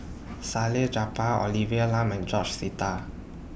Salleh Japar Olivia Lum and George Sita